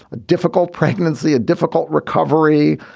a difficult pregnancy, a difficult recovery,